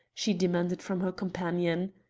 she demanded from her companion.